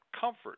Comfort